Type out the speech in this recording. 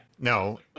No